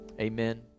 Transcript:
Amen